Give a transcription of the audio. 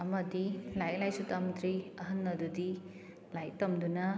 ꯑꯃꯗꯤ ꯂꯥꯏꯔꯤꯛ ꯂꯥꯏꯁꯨ ꯇꯝꯗ꯭ꯔꯤ ꯑꯍꯟ ꯑꯗꯨꯗꯤ ꯂꯥꯏꯔꯤꯛ ꯇꯝꯗꯨꯅ